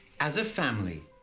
as a family,